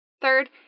Third